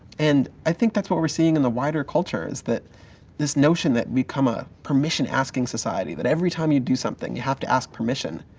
and i think that's what we're seeing in the wider culture is that this notion that become a permission asking society, that ever time you do something, you have to ask permission.